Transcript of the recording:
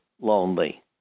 lonely